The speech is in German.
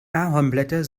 ahornblätter